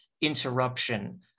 interruption